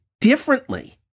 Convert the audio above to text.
differently